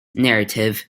narrative